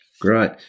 Great